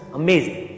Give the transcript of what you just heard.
amazing